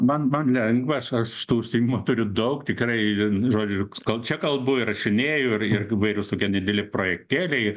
man man lengva aš aš tų užsiėmimų turiu daug tikrai žodžiu kol čia kalbu įrašinėju ir ir įvairūs tokie nedideli projektėliai